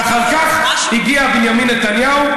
ואחר כך הגיע בנימין נתניהו,